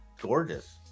gorgeous